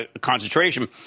concentration